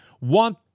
want